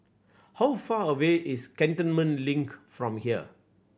how far away is Cantonment Link from here